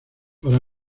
para